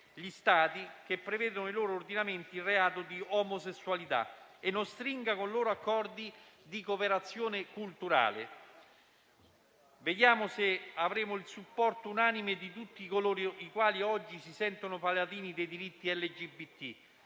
gli Stati che prevedono nei loro ordinamenti il reato di omosessualità e non stringa con loro accordi di cooperazione culturale. Vediamo se avremo il supporto unanime di tutti coloro i quali oggi si sentono paladini dei diritti LGBT.